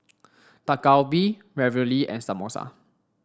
Dak Galbi Ravioli and Samosa